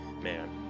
man